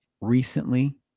recently